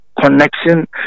connection